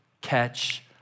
catch